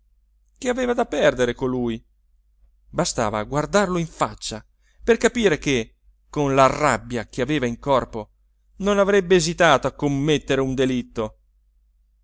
che aveva da perdere colui bastava guardarlo in faccia per capire che con la rabbia che aveva in corpo non avrebbe esitato a commettere un delitto